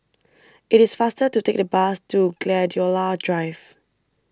IT IS faster to Take The Bus to Gladiola Drive